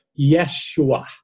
Yeshua